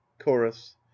chorus